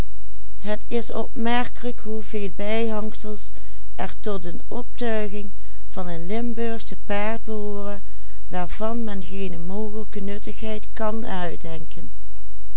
behooren waarvan men geene mogelijke nuttigheid kan uitdenken